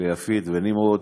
ליפית, לנמרוד